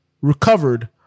recovered